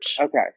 Okay